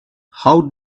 how